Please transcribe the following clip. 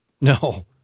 No